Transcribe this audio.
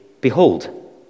behold